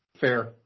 Fair